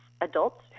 adults